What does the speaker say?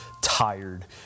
tired